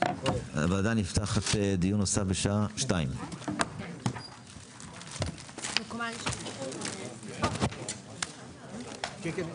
הישיבה ננעלה בשעה 13:50.